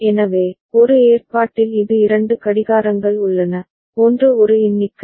எனவே ஒரு ஏற்பாட்டில் இது இரண்டு கடிகாரங்கள் உள்ளன ஒன்று ஒரு எண்ணிக்கை